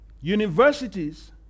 universities